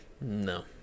No